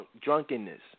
drunkenness